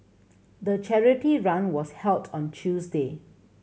the charity run was held on Tuesday